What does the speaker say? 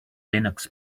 linux